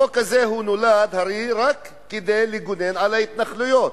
החוק הזה נולד רק כדי לגונן על ההתנחלויות.